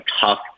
tough